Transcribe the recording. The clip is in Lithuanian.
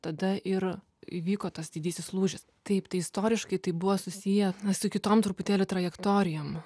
tada ir įvyko tas didysis lūžis taip tai istoriškai tai buvo susiję su kitom truputėlį trajektorijom